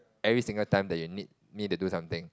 every single time that you need me to do something